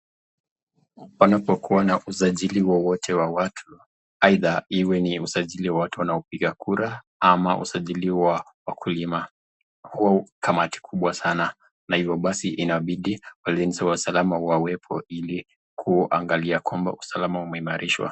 Panapokuwa na usajili wowote wa watu aidha iwe ni usajili wa watu wanaopiga kura ama usajili wa wakulima hu kamati kubwa sana na hivyo basi inabidi walinzi wa usalama wawepo ili kuangalia kwamba usalama umeimarishwa.